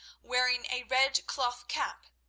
wearing a red cloth cap,